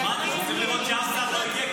אמרתי שאתה צריך לראות שאף שר לא הגיע,